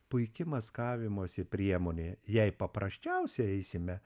puiki maskavimosi priemonė jei paprasčiausiai eisime